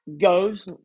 goes